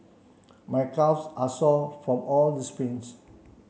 my calves are sore from all the sprints